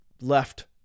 left